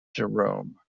jerome